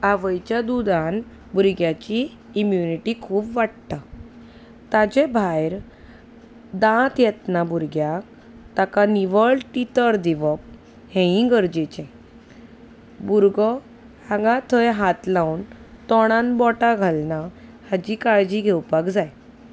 आवयच्या दुदान भुरग्याची इम्युनिटी खूब वाडटा ताचे भायर दांत येतना भुरग्याक ताका निवळ टिथर दिवप हेंयी गरजेचें भुरगो हांगा थंय हात लावन तोंडान बोटां घालना हाची काळजी घेवपाक जाय